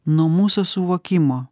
nuo mūsų suvokimo